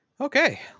Okay